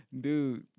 dude